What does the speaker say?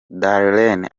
darlene